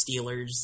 Steelers